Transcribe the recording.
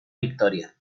victoria